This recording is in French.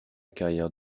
carrière